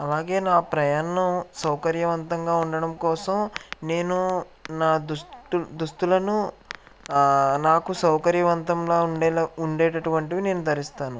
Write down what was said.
అలాగే నా ప్రయాణం సౌకర్యవంతంగా ఉండడం కోసం నేను నా దుస్తు దుస్తులను నాకు సౌకర్యవంతంగా ఉండేలా ఉండేటటువంటివి నేను ధరిస్తాను